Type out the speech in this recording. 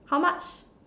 how much